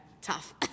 tough